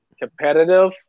competitive